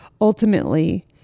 ultimately